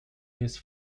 his